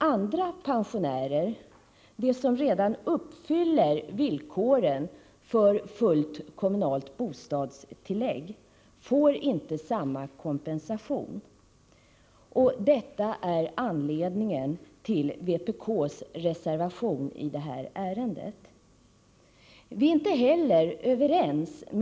Andra pensionärer, de som redan uppfyller villkoren för fullt kommunalt bostadstillägg, får inte samma kompensation. Det är anledningen till vpk:s reservation. Inte heller är vi överens med regeringen när det gäller pensionärer med fritidshus.